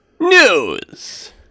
News